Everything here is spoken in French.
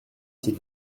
s’il